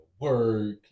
work